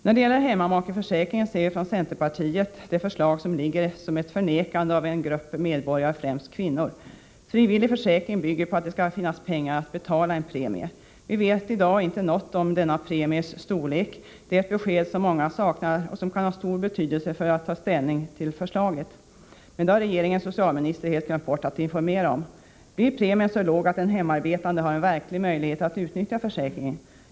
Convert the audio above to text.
När det gäller hemmamakeförsäkringen ser vi från centerpartiet det förslag som föreligger som ett förnekande av en grupp medborgare, främst kvinnor. Frivillig försäkring bygger på att det skall finnas pengar till att betala en premie. Vi vet i dag inte något om denna premies storlek. Det är ett besked som många saknar och som kan ha stor betydelse för att ta ställning till förslaget. Men det har regeringens socialminister helt glömt bort att informera om. Blir premien så låg att en hemarbetande har verklig möjlighet att utnyttja försäkringen?